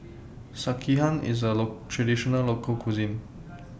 Sekihan IS A Traditional Local Cuisine